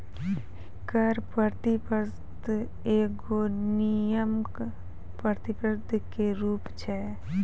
कर प्रतिस्पर्धा एगो नियामक प्रतिस्पर्धा के रूप छै